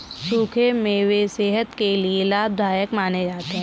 सुखे मेवे सेहत के लिये लाभदायक माने जाते है